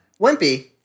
Wimpy